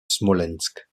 smolensk